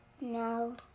No